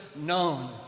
known